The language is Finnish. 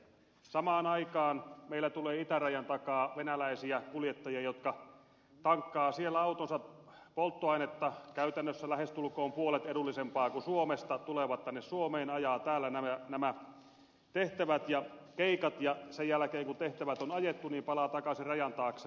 samaan aikaan meille tulee itärajan takaa venäläisiä kuljettajia jotka tankkaavat siellä autoonsa polttoainetta käytännössä lähestulkoon puolet edullisempaa kuin suomessa tulevat tänne suomeen ajavat täällä nämä tehtävät ja keikat ja sen jälkeen kun tehtävät on ajettu palaavat takaisin rajan taakse